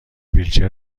ویلچر